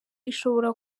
ishobora